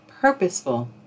purposeful